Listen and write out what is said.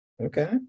Okay